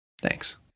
Thanks